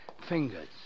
fingers